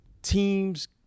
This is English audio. Teams